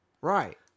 Right